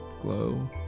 glow